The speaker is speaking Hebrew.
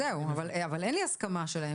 בסדר אבל אין לי הסכמה שלהם.